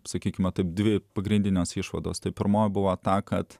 sakykime taip dvi pagrindinės išvados tai pirmoji buvo ta kad